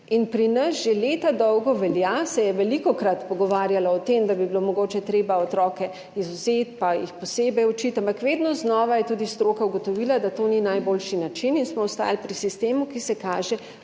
Pri nas že leta dolgo velja, se je velikokrat pogovarjala o tem, da bi bilo mogoče treba otroke izvzeti pa jih posebej učiti, ampak vedno znova je tudi stroka ugotovila, da to ni najboljši način, in smo ostali pri sistemu, ki se kaže